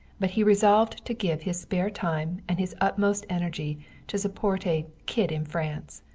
but he resolved to give his spare time and his utmost energy to support a kid in france.